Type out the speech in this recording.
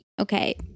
Okay